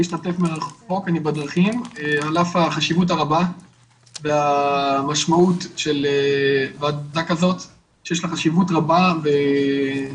שנמצאים יחד עם המשפחות בשעתן הקשה, גם